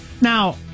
now